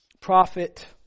prophet